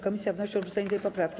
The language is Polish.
Komisja wnosi o odrzucenie tej poprawki.